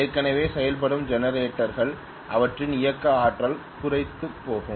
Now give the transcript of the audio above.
ஏற்கனவே செயல்படும் ஜெனரேட்டர்கள் அவற்றின் இயக்க ஆற்றல் குறைந்துபோகும்